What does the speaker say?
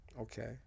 Okay